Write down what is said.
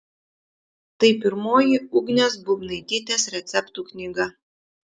tai pirmoji ugnės būbnaitytės receptų knyga